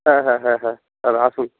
হ্যাঁ হ্যাঁ হ্যাঁ হ্যাঁ তাহলে আসুন